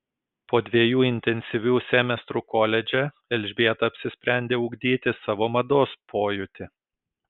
po dviejų intensyvių semestrų koledže elžbieta apsisprendė ugdyti savo mados pojūtį